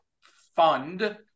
fund